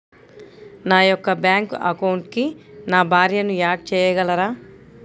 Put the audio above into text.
నా యొక్క బ్యాంక్ అకౌంట్కి నా భార్యని యాడ్ చేయగలరా?